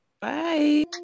Bye